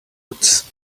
woods